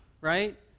right